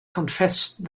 confessed